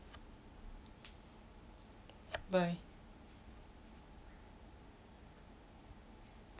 bye